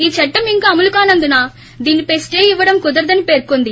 ఈ చట్టం ఇంకా అమలు కానందున దీనిపై స్టే ఇవ్వడం కుదరదని పేర్కొంది